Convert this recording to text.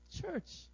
Church